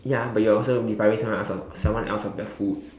ya but you are also depriving someone else of someone else of their food